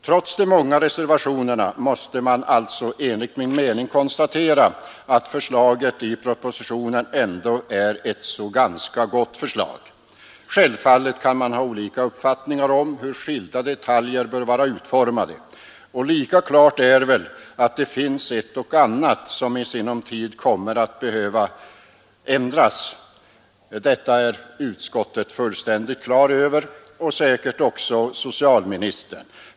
Trots de många reservationerna måste man enligt min mening konstatera att förslaget i propositionen är ett ganska gott förslag. Självfallet kan man ha olika uppfattningar om hur skilda detaljer bör vara utformade. Och lika klart är väl att det finns ett och annat som i sinom tid kommer att behöva ändras. Detta är utskottet fullständigt på det klara med och säkert också socialministern.